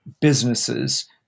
businesses